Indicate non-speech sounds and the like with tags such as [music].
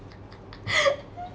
[laughs]